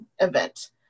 event